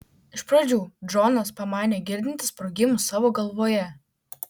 iš pradžių džonas pamanė girdintis sprogimus savo galvoje